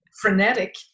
frenetic